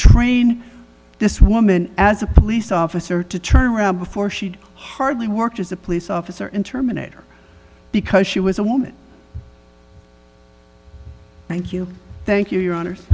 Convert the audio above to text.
train this woman as a police officer to turn around before she'd hardly worked as a police officer in terminator because she was a woman thank you thank you your honor